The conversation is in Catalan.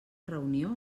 reunió